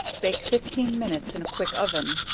bake fifteen minutes in a quick oven,